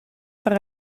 par